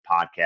podcast